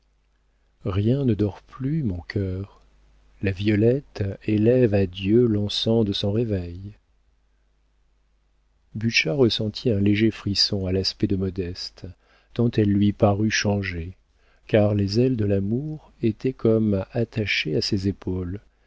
rien ne dort plus mon cœur la violette élève à dieu l'encens de son réveil butscha ressentit un léger frisson à l'aspect de modeste tant elle lui parut changée car les ailes de l'amour étaient comme attachées à ses épaules